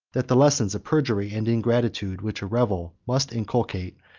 that the lessons of perjury and ingratitude, which a rebel must inculcate,